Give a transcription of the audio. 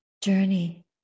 Journey